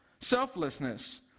Selflessness